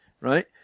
right